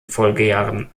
folgejahren